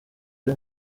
ari